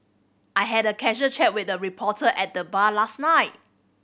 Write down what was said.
I had a casual chat with a reporter at the bar last night